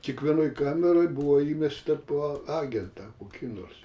kiekvienoj kameroj buvo įmesta po agentą kokį nors